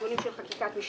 דיונים של חקיקת משנה.